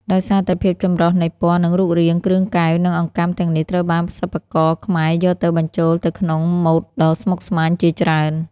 ដោយសារតែភាពចម្រុះនៃពណ៌ និងរូបរាង គ្រឿងកែវ និងអង្កាំទាំងនេះត្រូវបានសិប្បករខ្មែរយកទៅបញ្ចូលទៅក្នុងម៉ូដដ៏ស្មុគស្មាញជាច្រើន។